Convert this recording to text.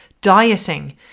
dieting